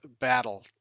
battle